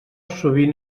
sovint